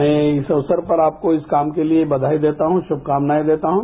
मैं इस अवसर पर आपको इस काम के लिए बघाई देता हूं सुभकामनाए देता हूं